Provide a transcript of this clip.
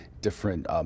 different